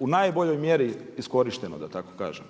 u najboljoj mjeri iskorišteno da tako kažem.